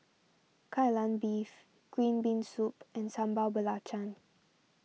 Kai Lan Beef Green Bean Soup and Sambal Belacan